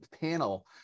panel